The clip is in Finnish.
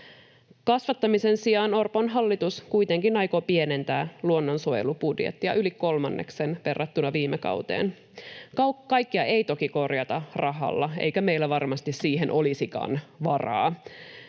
Kasvattamisen sijaan Orpon hallitus kuitenkin aikoo pienentää luonnonsuojelubudjettia yli kolmanneksen verrattuna viime kauteen. Kaikkea ei toki korjata rahalla, eikä meillä varmasti siihen olisikaan varaa.